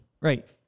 right